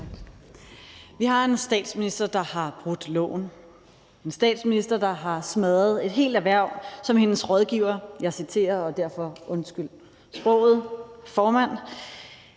Vi har en statsminister, der har brudt loven; en statsminister, der har smadret et helt erhverv, som hendes rådgiver – jeg citerer, og derfor undskyld sproget, formand